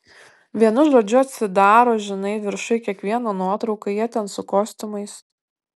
vienu žodžiu atsidaro žinai viršuj kiekvieno nuotrauka jie ten su kostiumais